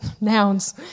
nouns